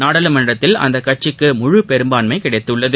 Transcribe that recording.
நாடாளுமன்றத்தில் அந்தக் கட்சிக்கு முழு பெரும்பான்மை கிடைத்துள்ளது